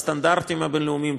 בסטנדרטים הבין-לאומיים,